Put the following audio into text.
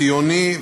הציוני,